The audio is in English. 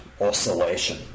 Oscillation